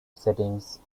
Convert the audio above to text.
settings